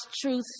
truth